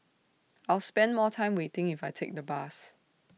I'll spend more time waiting if I take the bus